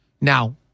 Now